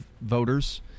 voters